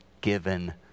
given